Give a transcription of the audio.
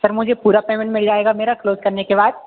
sir मुझे पूरा payment मिल जाएगा मेरा क्लोज़ करने के बाद